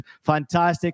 fantastic